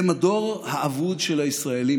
הם הדור האבוד של הישראלים.